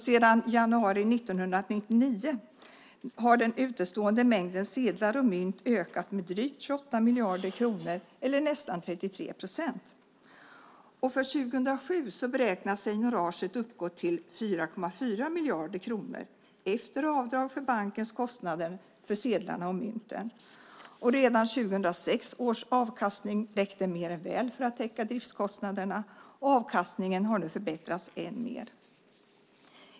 Sedan januari 1999 har den utestående mängden sedlar och mynt ökat med drygt 28 miljarder kronor eller nästan 33 procent. För 2007 beräknas seignoraget uppgå till 4,4 miljarder kronor efter avdrag för bankens kostnader för sedlarna och mynten. Redan 2006 års avkastning räckte mer än väl för att täcka driftskostnaderna, och avkastningen har nu förbättrats ännu mer.